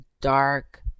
dark